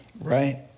right